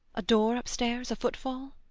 a door upstairs a footfall?